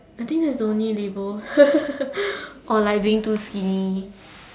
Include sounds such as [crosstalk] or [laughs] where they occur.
I think that's the only label [laughs] or like being too skinny